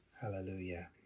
Hallelujah